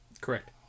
Correct